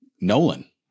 Nolan